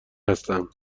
هستم